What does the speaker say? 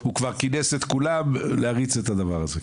הוא כבר כינס את כולם להריץ את הדבר הזה.